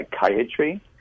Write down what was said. psychiatry